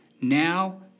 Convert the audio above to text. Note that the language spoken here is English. now